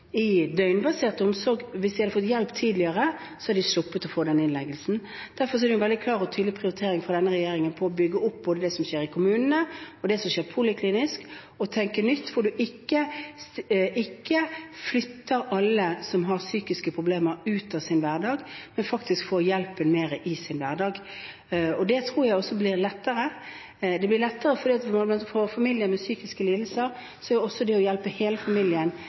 omsorg, hadde fått hjelp tidligere, hadde de sluppet den innleggelsen. Derfor er det en veldig klar og tydelig prioritering for denne regjeringen å bygge opp både det som skjer i kommunene, og det som skjer poliklinisk, og å tenke nytt, hvor en ikke flytter alle som har psykiske problemer, ut av deres hverdag, men gir hjelpen i deres hverdag. Det tror jeg også blir lettere. Det blir lettere for familier med medlemmer med psykiske lidelser, for det å hjelpe hele familien